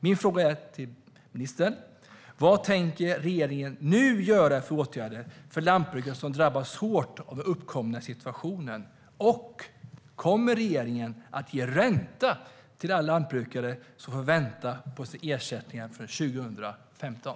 Min fråga till ministern är: Vilka åtgärder tänker regeringen nu vidta för lantbrukare som drabbas hårt av den uppkomna situationen, och kommer regeringen att ge ränta till alla lantbrukare som får vänta på sina ersättningar för 2015?